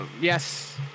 yes